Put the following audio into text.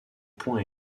point